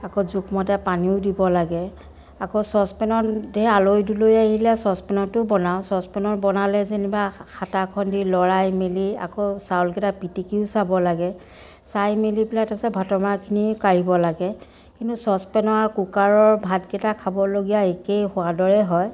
আকৌ জোখমতে পানীও দিব লাগে আকৌ চচপেনত ধেৰ আলহী দুলহী আহিলে চচপেনতো বনাওঁ চচপেনত বনালে যেনিবা হেতাখনেদি লৰাই মেলি আকৌ চাউলকেইটা পিটিকিও চাব লাগে চাই মেলি পেলাই তাৰপিছত ভাতৰ মাৰখিনি কাঢ়িব লাগে কিন্তু চচপেনৰ আৰু কুকাৰৰ ভাতকেইটা খাবলগীয়া একেই সোৱাদৰে হয়